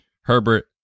herbert